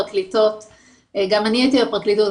גם אני הייתי בפרקליטות,